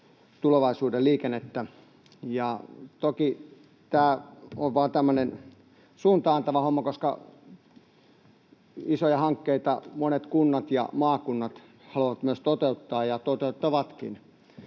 tulevaisuuden liikennettä. Toki tämä on vain tämmöinen suuntaa antava homma, koska monet kunnat ja maakunnat haluavat myös toteuttaa isoja